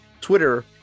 Twitter